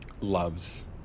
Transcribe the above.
loves